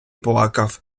плакав